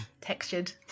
textured